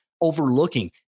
overlooking